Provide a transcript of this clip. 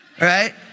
Right